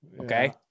Okay